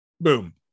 Boom